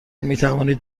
میتوانید